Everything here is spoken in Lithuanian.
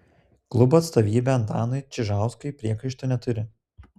klubo vadovybė antanui čižauskui priekaištų neturi